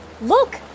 Look